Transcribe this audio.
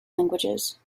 languages